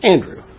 Andrew